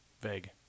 Vague